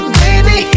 baby